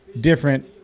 different